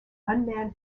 unmanned